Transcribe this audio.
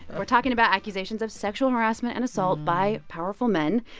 we're talking about accusations of sexual harassment and assault by powerful men,